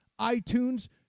iTunes